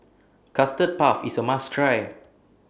Custard Puff IS A must Try